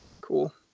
Cool